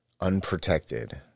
unprotected